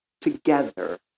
together